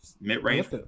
mid-range